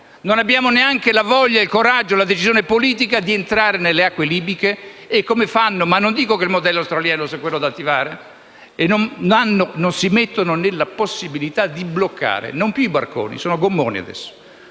Non abbiamo neanche la voglia, il coraggio, la decisione politica di entrare nelle acque libiche; e allora - non dico che il modello australiano sia quello da attivare - non si mettono nella possibilità di bloccare non più i barconi, perché ora sono